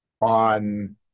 on